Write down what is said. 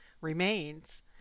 remains